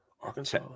Arkansas